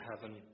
heaven